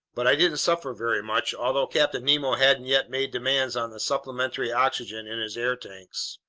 but i didn't suffer very much, although captain nemo hadn't yet made demands on the supplementary oxygen in his air tanks.